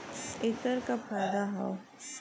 ऐकर का फायदा हव?